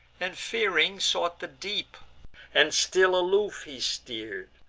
and, fearing, sought the deep and still aloof he steer'd.